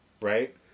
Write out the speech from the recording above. right